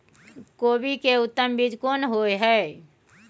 कोबी के उत्तम बीज कोन होय है?